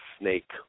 snake